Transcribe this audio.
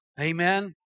Amen